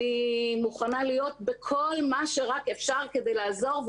אני מוכנה להיות בכל מה שרק אפשר כדי לעזור,